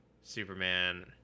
Superman